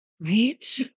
Right